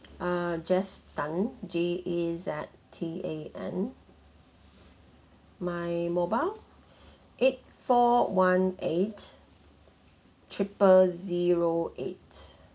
uh jaz tan J A Z T A N my mobile eight four one eight triple zero eight